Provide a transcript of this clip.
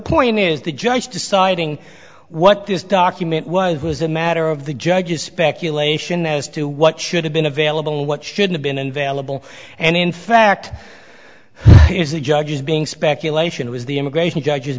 point is the judge deciding what this document was was a matter of the judge's speculation as to what should have been available what should have been invaluable and in fact the judges being speculation was the immigration judges